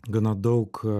gana daug